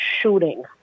shooting